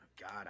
God